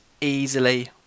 easily